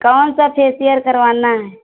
कौन सा फेसियर करवाना है